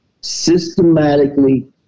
systematically